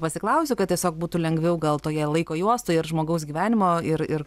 pasiklausiu kad tiesiog būtų lengviau gal toje laiko juostoje ir žmogaus gyvenimo ir ir